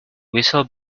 whistle